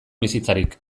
bizitzarik